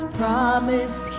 promise